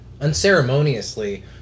Unceremoniously